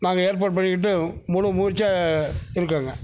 நாங்கள் ஏற்பாடு பண்ணிகிட்டு முழு முயற்சியாக இருக்கோம்ங்க